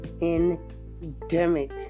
endemic